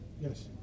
Yes